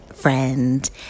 friend